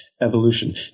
evolution